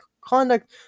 conduct